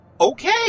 Okay